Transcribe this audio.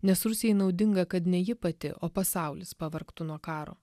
nes rusijai naudinga kad ne ji pati o pasaulis pavargtų nuo karo